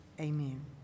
Amen